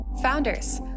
Founders